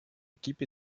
équipe